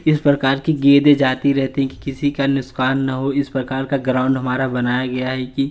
इस प्रकार की गेंदे जाती रहती कि किसी का नुसकान न हो इस प्रकार का ग्राउंड हमारा बनाया गया है कि